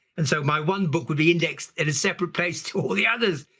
and so my one book would be indexed in a separate place to all the others.